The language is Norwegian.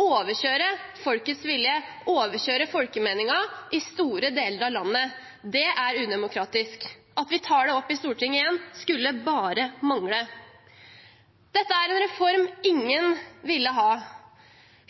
overkjøre folkets vilje, overkjøre folkemeningen i store deler av landet. Det er udemokratisk. At vi igjen tar det opp i Stortinget, skulle bare mangle. Dette er en reform ingen ville ha.